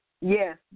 Yes